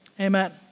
Amen